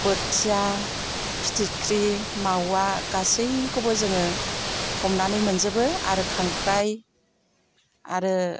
बोथिया फिथिख्रि मावा गासैखौबो जोङो हमनानै मोनजोबो आरो खांख्राइ आरो